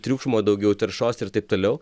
triukšmo daugiau taršos ir taip toliau